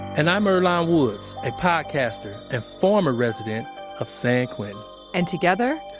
and i'm earlonne woods, a podcaster and former resident of san quentin and together,